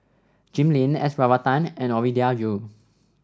Jim Lim S Varathan and Ovidia Yu